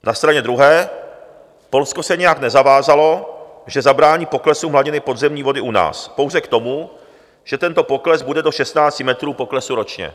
Na straně druhé Polsko se nijak nezavázalo, že zabrání poklesu hladiny podzemní vody u nás, pouze k tomu, že tento pokles bude do 16 metrů poklesu ročně.